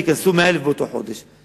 ייכנסו 100,000 באותו חודש.